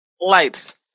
lights